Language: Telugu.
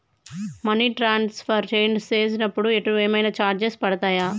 మనీ ట్రాన్స్ఫర్ చేసినప్పుడు ఏమైనా చార్జెస్ పడతయా?